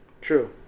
True